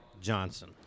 Johnson